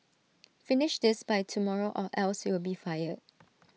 finish this by tomorrow or else you'll be fired